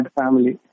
family